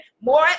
More